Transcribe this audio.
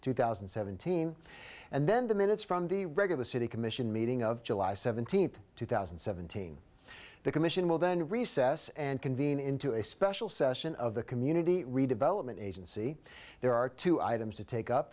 two thousand and seventeen and then the minutes from the regular city commission meeting of july seventeenth two thousand and seventeen the commission will then recess and convene into a special session of the community redevelopment agency there are two items to take up